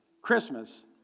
Christmas